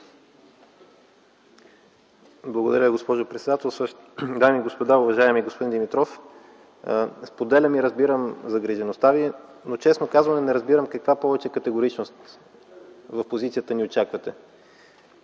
Благодаря, госпожо председател. Дами и господа! Уважаеми господин Димитров, споделям и разбирам загрижеността Ви, но честно казано не разбирам каква повече категоричност в позицията ни очаквате.